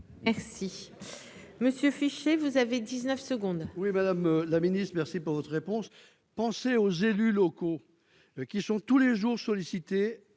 Merci monsieur fiché, vous avez 19 secondes. Oui, Madame la Ministre, merci pour votre réponse, pensez aux élus locaux, qui sont tous les jours, sollicité